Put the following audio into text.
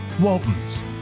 Walton's